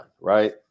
right